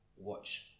watch